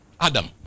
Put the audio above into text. Adam